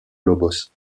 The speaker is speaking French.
lobos